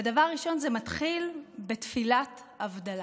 ודבר ראשון זה מתחיל בתפילת הבדלה.